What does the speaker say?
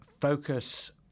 focus